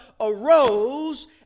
arose